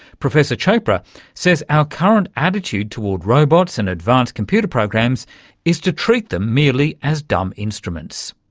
professor chopra says our current attitude toward robots and advanced computer programs is to treat them merely as dumb instruments,